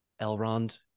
Elrond